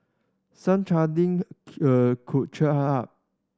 some could cheer her up